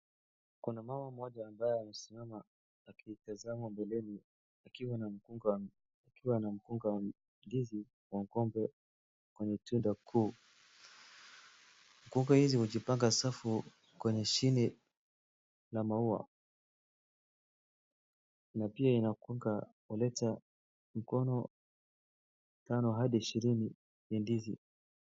Kuna mama mmoja ambaye amesimama akitazama mbeleni akiwa na mkunga wa ndizi wa mgomba kwenye tunda kuu, mkunga hizi hujipanga safu kwenye shine la maua na pia inakuanga huleta mkono tano hadi ishirini ni ndizi